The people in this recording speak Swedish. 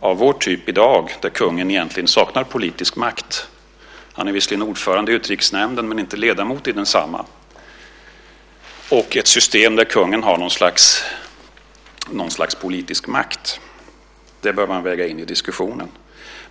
av vår typ i dag där kungen egentligen saknar politisk makt - han är visserligen ordförande i Utrikesnämnden men inte ledamot i densamma - och ett system där kungen har något slags politisk makt. Det bör man väga in i diskussionen.